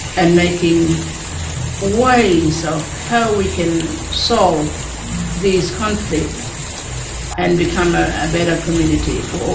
and making ways of how we can solve these conflicts and become a better community for